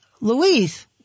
Louise